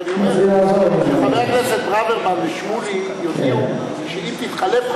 רק אני אומר שחברי הכנסת ברוורמן ושמולי יודיעו שאם תתחלף,